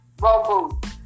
Robo